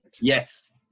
Yes